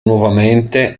nuovamente